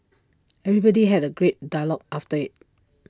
everybody had A great dialogue after IT